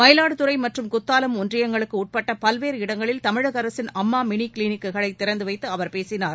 மயிலாடுதுரை மற்றும் குத்தாலம் ஒன்றியங்களுக்குட்பட்ட பல்வேறு இடங்களில் தமிழக அரசின் அம்மா மினி க்ளிக்குகளை திறந்து வைத்து அவர் பேசினார்